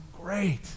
great